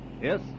Yes